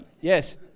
yes